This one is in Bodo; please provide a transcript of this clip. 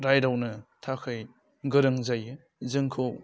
रायदावनो थाखाय गोरों जायो जोंखौ